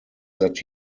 that